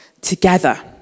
together